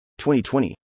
2020